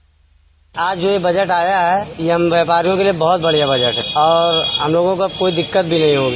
bite आज जो budget आया है हम व्यापारियों के लिए बहुत बढिया बजट है और हम लोगों को कोई दिक्कत भी नहीं होगी